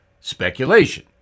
Speculation